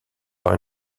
par